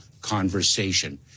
conversation